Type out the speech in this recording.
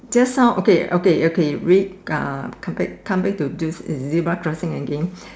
just now okay okay okay wait uh come but to this zebra crossing again